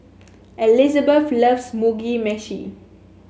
Elizebeth loves Mugi Meshi